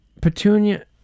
Petunia